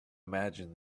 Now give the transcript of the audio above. imagine